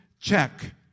check